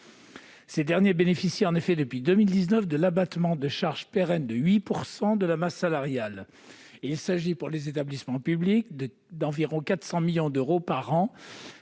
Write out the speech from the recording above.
Ces derniers bénéficient en effet, depuis 2019, de l'abattement de charge pérenne de 8 % de la masse salariale. Il s'agit d'une surcharge d'environ 400 millions d'euros par an